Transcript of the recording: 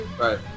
Right